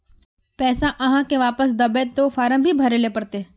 पैसा आहाँ के वापस दबे ते फारम भी भरें ले पड़ते?